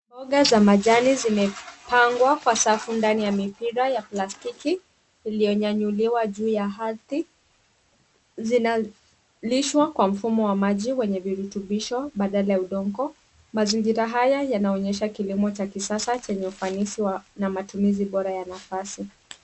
Mboga za majani zimepangwa kwa safu ndani ya mipira ya plastiki ulionyanyuliwa juu ya ardhi. Zinalishwa kwa mfumo wa maji yenye virutubisho badala ya udongo. Mazingira haya yanaonyesha kilimo cha kisasa chenye ufanisi na matumizi bora ya nafasi.